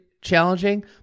challenging